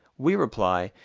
we reply,